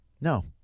No